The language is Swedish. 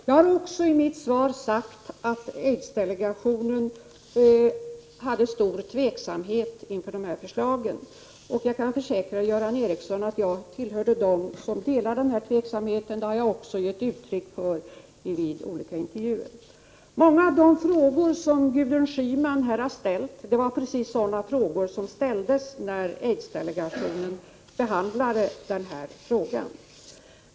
Jag har vidare sagt att aidsdelegationen kände stark tveksamhet inför dessa förslag. Jag kan också försäkra Göran Ericsson att jag tillhörde dem som delar denna tveksamhet, vilket jag har gett uttryck för i olika intervjuer. Många av de frågor som Gudrun Schyman har ställt var precis sådana frågor som ställdes när aidsdelegationen behandlade denna fråga.